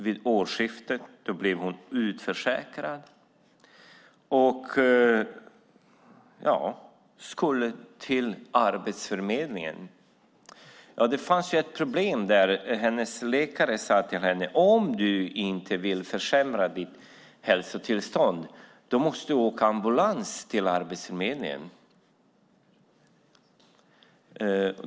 Vid årsskiftet blev hon utförsäkrad och skulle till Arbetsförmedlingen. Det fanns ett problem. Hennes läkare sade till henne: Om du inte vill försämra ditt hälsotillstånd måste du åka ambulans till Arbetsförmedlingen.